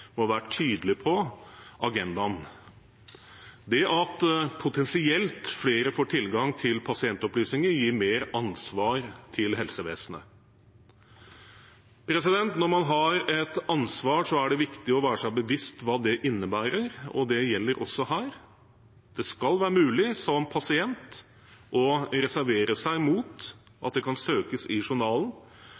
være tydelig på agendaen. Det at potensielt flere får tilgang til pasientopplysninger, gir mer ansvar til helsevesenet. Når man har et ansvar, er det viktig å være seg bevisst hva det innebærer, og det gjelder også her. Det skal være mulig som pasient å reservere seg mot at det kan søkes i journalen,